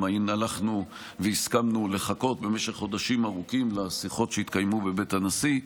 גם הלכנו והסכמנו לחכות במשך חודשים ארוכים לשיחות שהתקיימו בבית הנשיא.